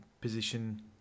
Position